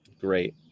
Great